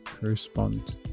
correspond